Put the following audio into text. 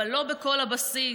אבל לא בכל הבסיס,